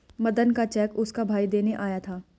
मदन का चेक उसका भाई देने आया था